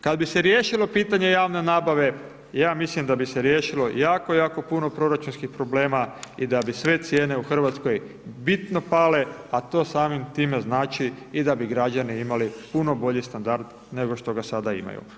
Kad bi se riješilo pitanje javne nabave, ja mislim da bi se riješilo jako, jako puno proračunskih problema i da bi sve cijene u Hrvatskoj bitno pale a to samim time znači i da bi građani imali puno bolji standard nego što ga sada imaju.